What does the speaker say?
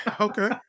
Okay